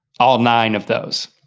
all nine of those.